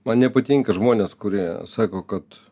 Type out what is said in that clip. man nepatinka žmonės kurie sako kad